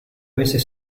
veces